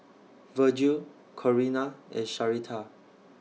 Virgil Corina and Sharita